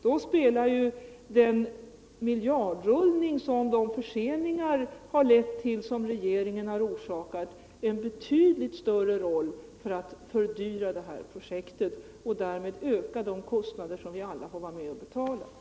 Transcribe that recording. Den miljardrullning som de av regeringen förorsakade förseningarna har lett till spelar då en betydligt större roll för att fördyra projektet och därmed öka de kostnader som vi alla får vara med om att betala.